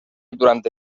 durante